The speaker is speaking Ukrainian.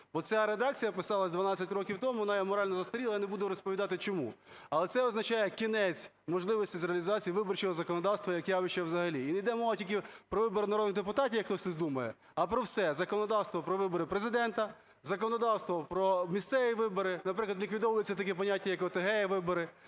ця редакція писалась 12 років тому, вона є морально застаріла, я не буду розповідати чому. Але це означає кінець можливості з реалізації виборчого законодавства як явища взагалі. І не йде мова тільки про вибори народних депутатів, як хтось тут думає, а про все законодавство про вибори Президента, законодавство про місцеві вибори. Наприклад, ліквідовується таке поняття, як "ОТГ вибори",